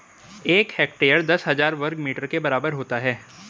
एक हेक्टेयर दस हजार वर्ग मीटर के बराबर होता है